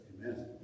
Amen